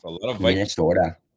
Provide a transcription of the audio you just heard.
Minnesota